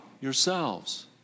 yourselves